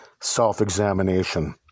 self-examination